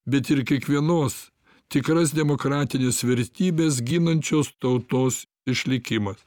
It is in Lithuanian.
bet ir kiekvienos tikras demokratines vertybes ginančios tautos išlikimas